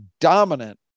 dominant